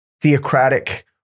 theocratic